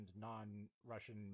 non-Russian